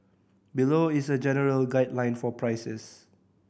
below is a general guideline for prices